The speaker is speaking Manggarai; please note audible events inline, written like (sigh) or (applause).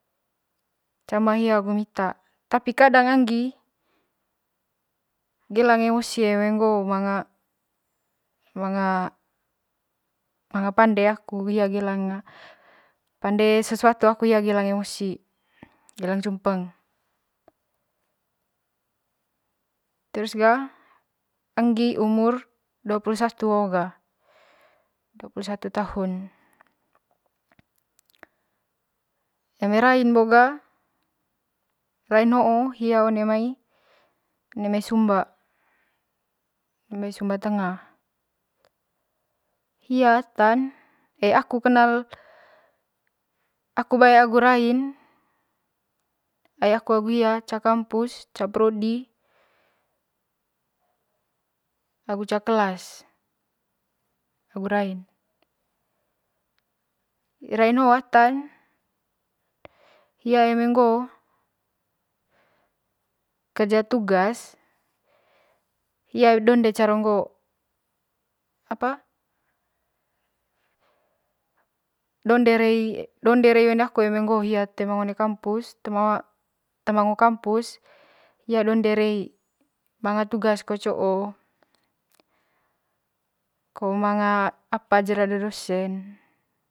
Cama hia agu hi mita tapi kadang angi gelang eemois eme ngo'o manga, manga manga pande aku hiia gelang (hesitation) pande susuatu aku gelang hia gelang emosi gelang cumpeng terus ga angi umur dua pulu satu ho'o ga dua pulu satu tahun eme raing bo ga, hia ho one mai sumba one mai sumba tengah hia atan aku kenal aku bae agu rain ai aku agu hia ca kampus ca prodi agu ca kelas agu rain hi rain ho'o atan hia eme ngo'o kerja tugas hia donde caro ngo'o apa donde rei donde rei one aku eme ngo hia toe ma one kampus toe ma toe ma ngo kampus hia donde rei manga tugas ko co'o ko manga apa jera de dosen.